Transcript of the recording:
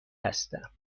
هستم